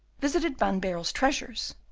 visited van baerle's treasures,